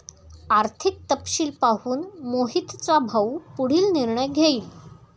आर्थिक तपशील पाहून मोहितचा भाऊ पुढील निर्णय घेईल